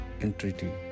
entreaty